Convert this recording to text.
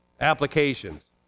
applications